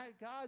God